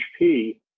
HP